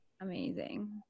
amazing